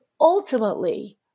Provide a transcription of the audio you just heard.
Ultimately